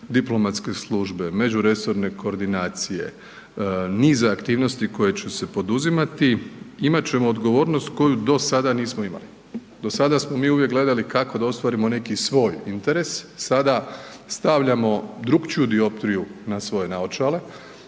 diplomatske službe, međuresorne koordinacije, niza aktivnosti koje će se poduzimati imat ćemo odgovornost koju do sada nismo imali. Do sada smo mi uvijek gledali kako da ostvarimo neki svoj interes, sada stavljamo drukčiju dioptriju na svoje naočale,